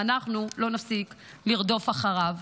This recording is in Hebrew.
ואנחנו לא נפסיק לרדוף אחריו.